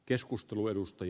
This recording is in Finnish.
arvoisa puhemies